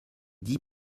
dix